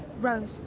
Rose